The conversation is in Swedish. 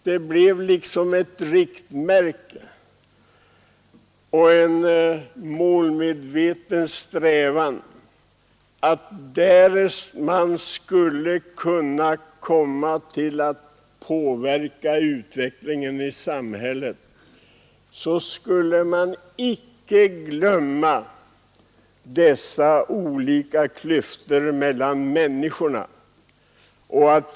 Det blev liksom ett riktmärke och en målmedveten strävan att därest man skulle få möjlighet att påverka utvecklingen i samhället, så skulle man icke glömma dessa olika klyftor mellan människorna.